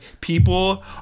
people